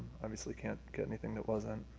obviously can't get anything that wasn't.